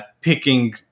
picking